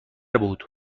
بود